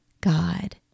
God